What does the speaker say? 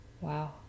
Wow